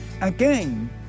Again